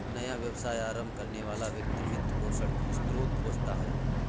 नया व्यवसाय आरंभ करने वाला व्यक्ति वित्त पोषण की स्रोत खोजता है